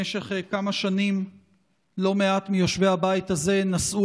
במשך כמה שנים לא מעט מיושבי הבית הזה נשאו